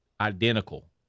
identical